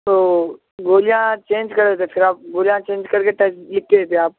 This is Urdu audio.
تو گولیاں چینج کر دیتے پھر آپ گولیاں چینج کر کے تک لکھ کے دیتے آپ